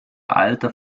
alter